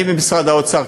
אני במשרד האוצר,